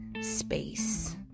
space